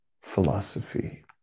philosophy